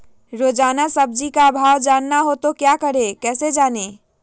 रोजाना सब्जी का भाव जानना हो तो क्या करें कैसे जाने?